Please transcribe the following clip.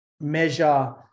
measure